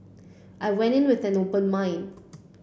I went in with an open mind